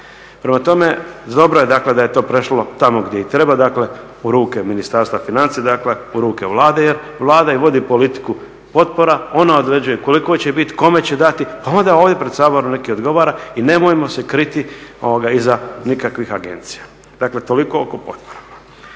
Prema tome, dobro je dakle da je to prešlo tamo gdje i treba, dakle u ruke Ministarstva financija. Dakle, u ruke Vlade, jer Vlada i vodi politiku potpora. Ona određuje koliko će biti, kome će dati, pa onda ovdje pred Saborom nek' i odgovara. I nemojmo se kriti iza nikakvih agencija. Dakle, toliko oko potpora.